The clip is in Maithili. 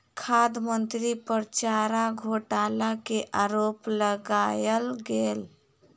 खाद्य मंत्री पर चारा घोटाला के आरोप लगायल गेल